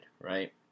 right